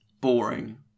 boring